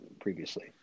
previously